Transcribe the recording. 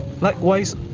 likewise